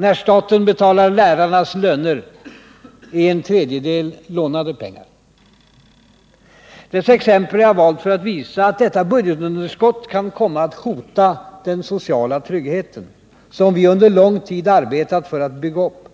När staten betalar lärarnas löner är en tredjedel lånade pengar. Dessa exempel har jag valt för att visa att detta budgetunderskott kan komma att hota den sociala tryggheten, som vi under lång tid arbetat för att bygga upp.